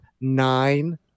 nine